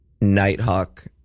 Nighthawk